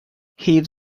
heave